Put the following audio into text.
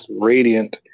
radiant